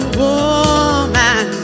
woman